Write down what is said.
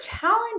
challenge